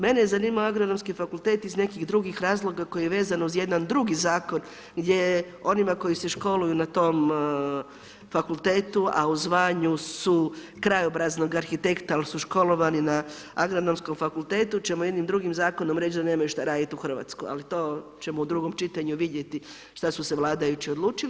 Mene je zanimalo Agronomski fakultet iz nekih drugih razloga koji je vezan uz jedan drugi zakon gdje je onima koji se školuju na tom fakultetu a u zvanju su krajobraznog arhitekta ali su školovani na Agronomskom fakultetu ćemo jednim drugim zakonom reći da nemaju šta radit u Hrvatskoj ali to ćemo u drugom čitanju vidjeti šta su se vladajući odlučili.